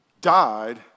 died